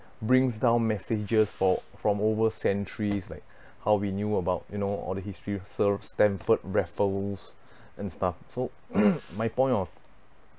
brings down messages or from over centuries like how we knew about you know all the history sir stamford raffles and stuff so my point of